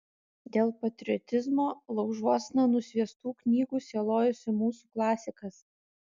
dėl patriotizmo laužuosna nusviestų knygų sielojosi mūsų klasikas